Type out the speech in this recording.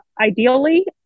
ideally